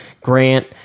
Grant